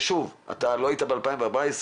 ושוב, לא היית ב-2014.